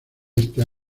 esta